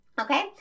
Okay